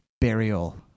burial